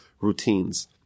routines